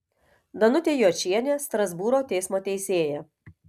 danutė jočienė strasbūro teismo teisėja